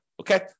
Okay